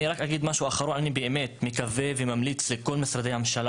אני באמת מקווה וממליץ לכול משרדי הממשלה